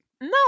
no